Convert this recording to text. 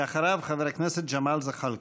אחריו, חבר הכנסת ג'מאל זחאלקה.